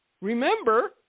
remember